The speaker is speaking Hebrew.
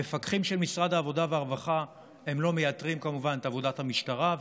המפקחים של משרד העבודה והרווחה לא מייתרים כמובן את עבודת המשטרה,